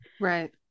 Right